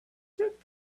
took